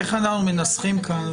השאלה איך אנחנו מנסחים כאן,